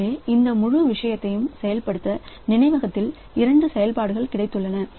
எனவே இந்த முழு விஷயத்தையும் செயல்படுத்த நினைவகத்தில் இரண்டு செயல்பாடுகள் கிடைத்துள்ளன